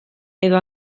edo